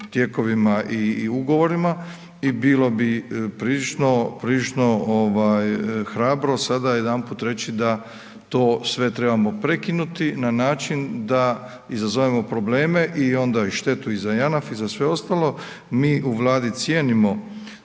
tijekovima i ugovorima i bilo bi prilično hrabro sada odjedanput reći to sve trebamo prekinuti na način da izazovemo probleme i onda i štetu i za JANAF i za sve ostalo. Mi u Vladi cijenimo